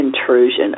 intrusion